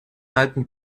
halten